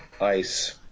ice